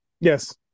Yes